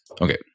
Okay